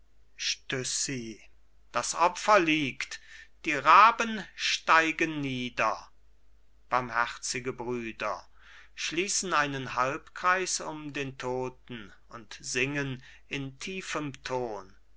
das opfer liegt die raben steigen nieder barmherzige brüder schließen einen halbkreis um den toten und singen in tiefem ton